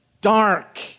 dark